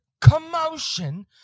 commotion